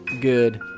good